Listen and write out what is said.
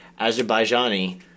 Azerbaijani